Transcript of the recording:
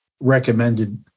recommended